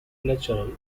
natural